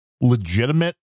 legitimate